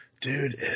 dude